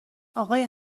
آقای